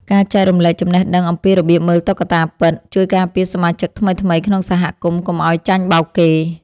ការចែករំលែកចំណេះដឹងអំពីរបៀបមើលតុក្កតាពិត ជួយការពារសមាជិកថ្មីៗក្នុងសហគមន៍កុំឱ្យចាញ់បោកគេ។